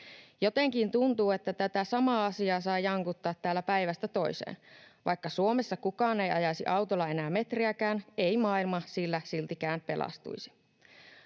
Jotenkin tuntuu, että tätä samaa asiaa saa jankuttaa täällä päivästä toiseen. Vaikka Suomessa kukaan ei ajaisi autolla enää metriäkään, ei maailma sillä siltikään pelastuisi.